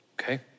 Okay